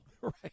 Right